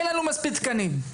אין לנו מספיק תקנים".